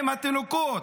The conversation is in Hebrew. עם התינוקות,